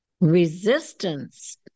resistance